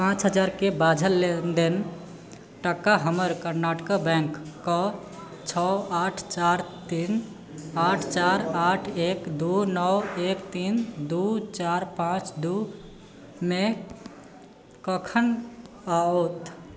पाँच हजारके बाझल लेनदेनके टाका हमर कर्नाटक बैंक कऽ छओ आठ चारि तीन आठ चारि आठ एक दू नओ एक तीन दू चार पाँच दू मे कखन आओत